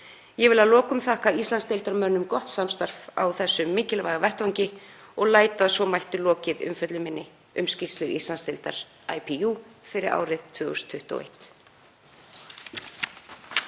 Ég vil að lokum þakka Íslandsdeildarmönnum gott samstarf á þessum mikilvæga vettvangi og læt að svo mæltu lokið umfjöllun minni um skýrslu Íslandsdeildar IPU fyrir árið 2021.